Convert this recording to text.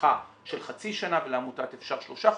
הארכה של חצי שנה ולעמותת "אפשר" שלושה חודשים,